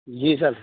جی سر